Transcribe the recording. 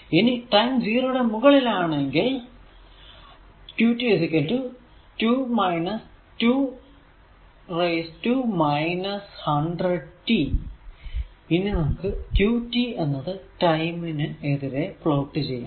ഇനി ടൈം 0 യുടെ മുകളിൽ ആണെങ്കിൽ qt 2 2 100t ഇനി നമുക്ക് qt എന്നത് ടൈം നു എതിരെ പ്ലോട്ട് ചെയ്യണം